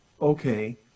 Okay